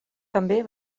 també